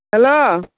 hello